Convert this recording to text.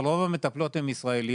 אבל רוב המטפלות הן ישראליות